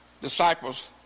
disciples